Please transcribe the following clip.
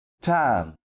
time